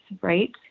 right